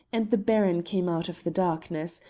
and the baron came out of the darkness,